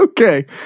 Okay